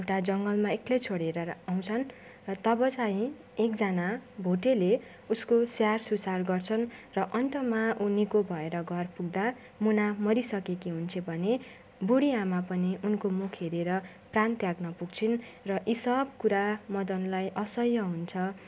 एउटा जङ्गलमा एक्लै छोडेर आउँछन् र तब चाहिँ एकजना भोटेले उसको स्याहार सुसार गर्छन् र अन्तमा ऊ निको भएर घर पुग्दा मुना मरिसकेकी हुन्छे भने बुढीआमा पनि उनको मुख हेरेर प्राण त्याग्न पुग्छिन् र यी सब कुरा मदनलाई असह्य हुन्छ